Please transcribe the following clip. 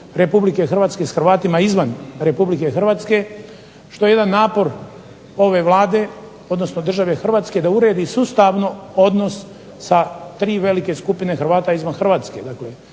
odnosima RH s Hrvatima izvan RH što je jedan napor ove Vlade odnosno države Hrvatske da uredi sustavno odnos sa tri velike skupine Hrvata izvan Hrvatske,